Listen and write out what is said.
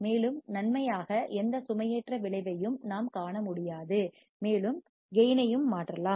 மேலும் நன்மையாக எந்த சுமையேற்ற விளைவையும் நாம் காண முடியாது மேலும் கேயின் ஐயும் மாற்றலாம்